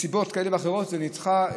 מסיבות כאלה ואחרות זה נדחה,